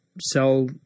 sell